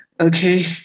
okay